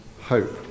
hope